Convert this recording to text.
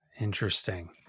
interesting